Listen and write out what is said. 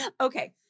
Okay